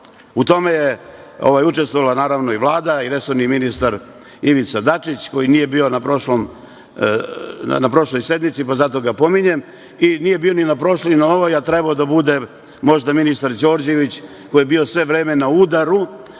U tome je naravno učestvovala i Vlada i resorni ministar Ivica Dačić, koji nije bio na prošloj sednici, pa ga zato pominjem i nije bio ni na prošloj ni na ovoj, a trebao je da bude možda ministar Đorđević koji je bio sve vreme na udaru,